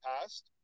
past